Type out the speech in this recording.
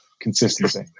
Consistency